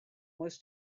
was